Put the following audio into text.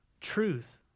truth